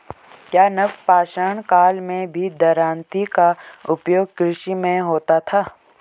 क्या नवपाषाण काल में भी दरांती का उपयोग कृषि में होता था?